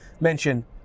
mention